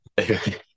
Okay